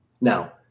Now